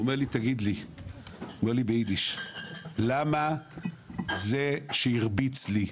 הוא אומר לי באידיש "למה זה שהרביץ לי,